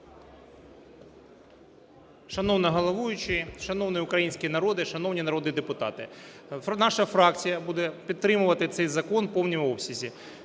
Шановна головуюча, шановний український народе, шановні народні депутати! Наша фракція буде підтримувати цей закон у повному обсязі.